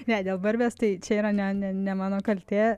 ne dėl barbės tai čia yra ne ne mano kaltė